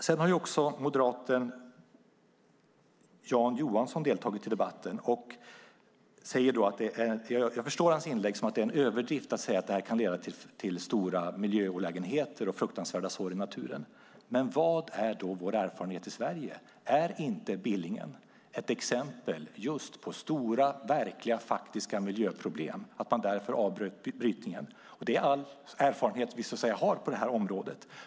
Moderaten Johan Johansson har också deltagit i debatten, och jag förstår hans inlägg som att det är en överdrift att säga att detta kan leda till stora miljöolägenheter och fruktansvärda sår i naturen. Men vad är vår erfarenhet i Sverige? Är inte Billingen ett exempel just på stora, verkliga och faktiska miljöproblem? Det var därför man avbröt brytningen. Det är all erfarenhet vi har på detta område.